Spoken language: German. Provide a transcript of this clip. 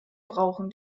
brauchen